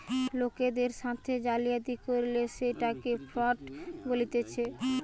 লোকের সাথে জালিয়াতি করলে সেটকে ফ্রড বলতিছে